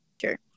Sure